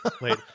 Wait